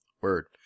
Word